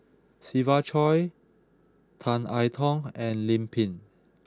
Siva Choy Tan I Tong and Lim Pin